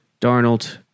Darnold